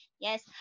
Yes